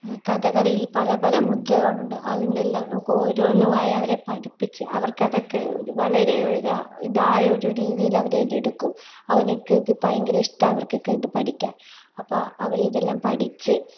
കഥകളിയിൽ പല പല മുദ്രകളുണ്ട് അതിൻ്റെയെല്ലാം നമുക്ക് ഓരോന്നുമായി അവരെ പഠിപ്പിച്ച് അവർക്ക് അതൊക്കെ വളരെ ഒരു ഇതായൊരു രീതിയിൽ അവർ ഇതെടുക്കും അവർക്ക് ഇത് ഭയങ്കര ഇഷ്ടമാണ് അവർക്കൊക്കെ ഇത് പഠിക്കാൻ അപ്പോൾ അവർ ഇതെല്ലാം പഠിച്ച്